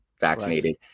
vaccinated